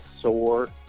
sore